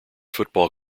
football